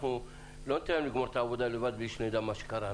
אנחנו לא ניתן להם לגמור את העבודה לבד בלי שנדע מה קרה.